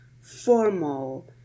formal